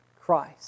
Christ